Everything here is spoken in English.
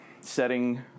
setting